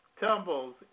Tumbles